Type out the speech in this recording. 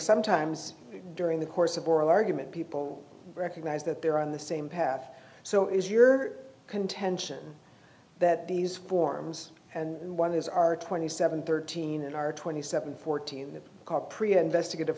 sometimes during the course of oral argument people recognize that they're on the same path so is your contention that these forms and one is are twenty seven thirteen and are twenty seven fourteen the corporeal investigative